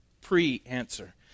pre-answer